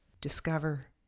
Discover